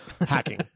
hacking